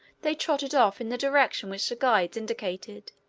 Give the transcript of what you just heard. they trotted off in the direction which the guides indicated.